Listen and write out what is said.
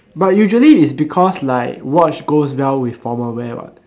but usually is because like watch goes well with formal wear what